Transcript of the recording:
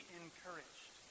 encouraged